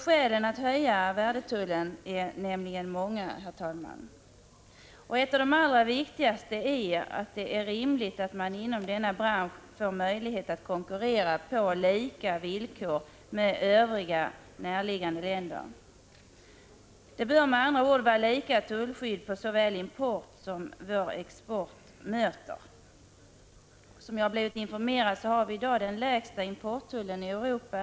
Skälen att höja värdetullen är nämligen många, herr talman. Ett av de allra viktigaste skälen är att det är rimligt att man inom denna bransch får möjlighet att på lika villkor konkurrera med övriga, närliggande länder. Det bör med andra ord vara samma tullskydd för importen som för vår export. Enligt vad jag blivit informerad om har vi i dag den lägsta importtullen i Europa.